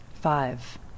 Five